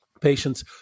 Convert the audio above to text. patients